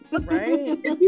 Right